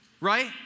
Right